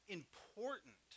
important